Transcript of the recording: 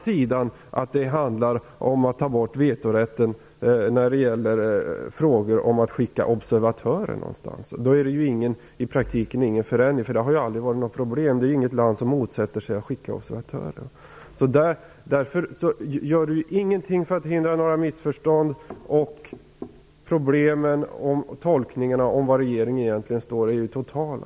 Handlar det om att ta bort vetorätten i frågor om att skicka observatörer någonstans är det i praktiken ingen förändring, för det har aldrig varit något problem. Inget land motsätter sig att man skickar observatörer. Utrikesministern gör ingenting för att förhindra missförstånd. Problemen med att tolka var regeringen egentligen står är totala.